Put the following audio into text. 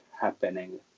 happening